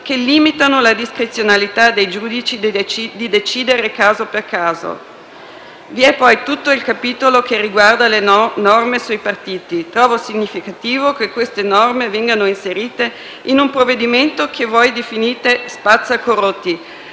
che limitano la discrezionalità dei giudici di decidere caso per caso. Vi è poi tutto il capitolo che riguarda le norme sui partiti. Trovo significativo che queste norme vengano inserite in un provvedimento che voi definite spazza corrotti,